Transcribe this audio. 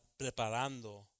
preparando